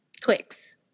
Twix